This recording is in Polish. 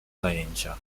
zajęcia